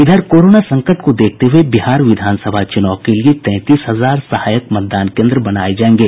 इधर कोरोना संकट को देखते हुये बिहार विधान सभा चुनाव के लिए तैंतीस हजार सहायक मतदान केन्द्र बनाये जायेंगे